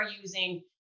using